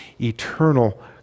eternal